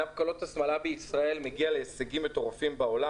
ענף שמלות הכלה בישראל מגיע להישגים מרשימים בעולם,